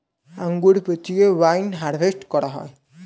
আঙ্গুর পচিয়ে wine harvest করা হয়